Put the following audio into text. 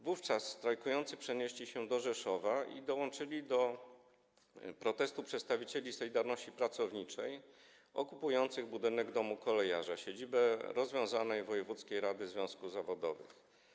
Wówczas strajkujący przenieśli się do Rzeszowa i dołączyli do protestu przedstawicieli „Solidarności” pracowniczej okupujących budynek Domu Kolejarza - siedzibę rozwiązanej wojewódzkiej rady związków zawodowych.